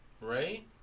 right